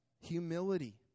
humility